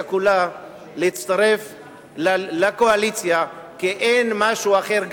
כולה להצטרף לקואליציה כי אין משהו אחר.